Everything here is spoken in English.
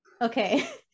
Okay